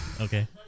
Okay